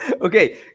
Okay